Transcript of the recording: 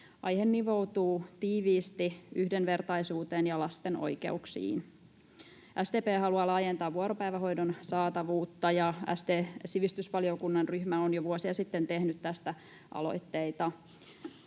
Aihe nivoutuu tiiviisti yhdenvertaisuuteen ja lasten oikeuksiin. SDP haluaa laajentaa vuoropäivähoidon saatavuutta, ja sd:n sivistysvaliokunnan ryhmä on jo vuosia sitten tehnyt tästä aloitteita.